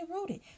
rooted